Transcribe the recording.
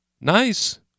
Nice